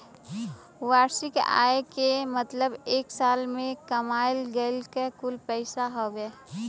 वार्षिक आय क मतलब एक साल में कमायल गयल कुल पैसा हउवे